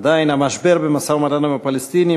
עדיין: המשבר במשא-ומתן עם הפלסטינים,